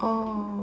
!aww!